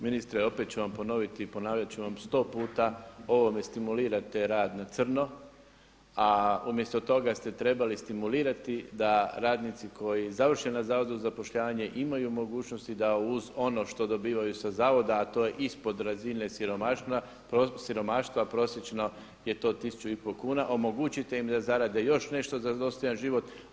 Ministre opet ću vam ponoviti i ponavljat ću vam sto puta, ovime stimulirate rad na crno, a umjesto toga ste trebali stimulirati da radnici koji završe na zavodu za zapošljavanje imaju mogućnosti da uz ono što dobivaju sa zavoda, a to je ispod razine siromaštva prosječno je to 1.500 kuna, omogućite im da zarade još nešto za dostojan život.